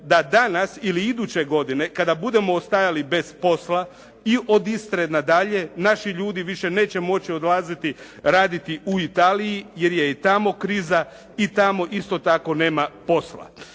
da danas ili iduće godine kada budemo ostajali bez posla i od Istre na dalje naši ljudi više neće moći odlaziti raditi u Italiji jer je i tamo kriza, i tamo isto tako nema posla.